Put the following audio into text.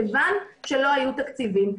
כיוון שלא היו תקציבים.